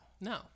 No